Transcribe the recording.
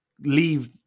leave